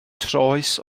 troes